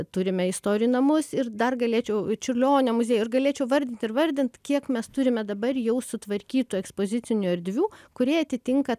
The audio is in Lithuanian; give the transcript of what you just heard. turime istorijų namus ir dar galėčiau čiurlionio muziejų ir galėčiau vardint ir vardint kiek mes turime dabar jau sutvarkytų ekspozicinių erdvių kurie atitinka